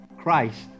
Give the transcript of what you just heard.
Christ